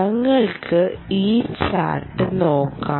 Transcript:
ഞങ്ങൾക്ക് ഈ ചാർട്ട് നോക്കാം